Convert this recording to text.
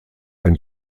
ein